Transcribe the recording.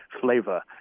flavor